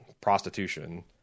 prostitution